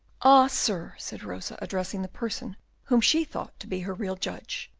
ah, sir, said rosa, addressing the person whom she thought to be her real judge,